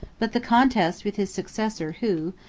but the contest with his successor, who,